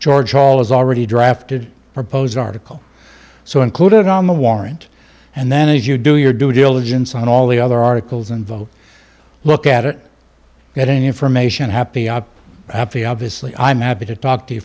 george hall has already drafted proposed article so include it on the warrant and then as you do your due diligence on all the other articles and vote look at it get any information happy afy obviously i'm happy to talk to